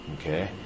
Okay